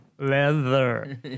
leather